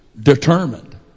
Determined